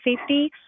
safety